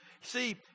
See